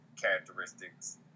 characteristics